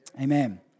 Amen